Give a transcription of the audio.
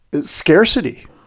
scarcity